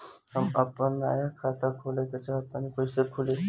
हम आपन नया खाता खोले के चाह तानि कइसे खुलि?